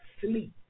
sleep